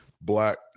Black